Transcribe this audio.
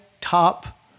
top